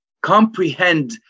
comprehend